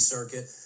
Circuit